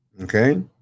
okay